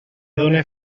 done